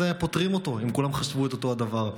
פוטרים אותו אם כולם חשבו את אותו הדבר.